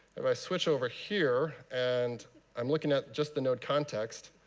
if i switch over here, and i'm looking at just the node context,